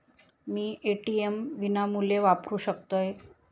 मी ATM विनामूल्य वापरू शकतय?